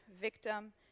victim